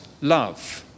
love